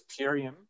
superium